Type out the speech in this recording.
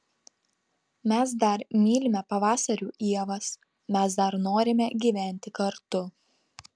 mes dar mylime pavasarių ievas mes dar norime gyventi kartu